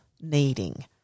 needing